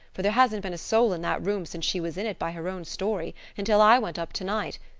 for there hasn't been a soul in that room since she was in it, by her own story, until i went up tonight.